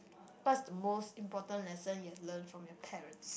what's the most important lesson you have learned from your parents